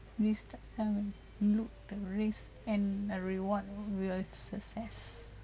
describe a time you took the risk and uh reward with success